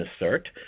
assert